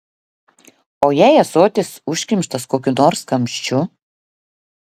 o jei ąsotis užkimštas kokiu nors kamščiu